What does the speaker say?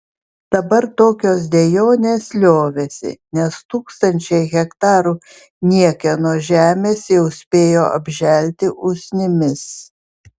dabar tokios dejonės liovėsi nes tūkstančiai hektarų niekieno žemės jau spėjo apželti usnimis